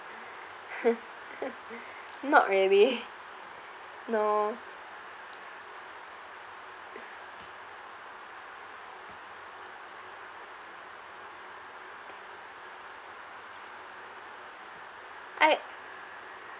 not really no I